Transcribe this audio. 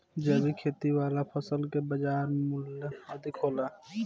जैविक खेती वाला फसल के बाजार मूल्य अधिक होला